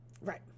Right